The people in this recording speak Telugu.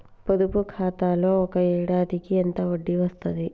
పొదుపు ఖాతాలో ఒక ఏడాదికి ఎంత వడ్డీ వస్తది?